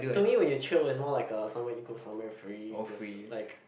to me when you chill it's more like uh somewhere you go somewhere free just like